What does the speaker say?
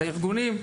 לארגונים,